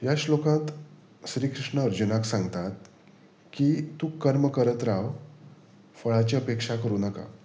ह्या श्लोकांत श्री कृष्ण अर्जुनाक सांगतात की तूं कर्म करत राव फळाची अपेक्षा करूं नाका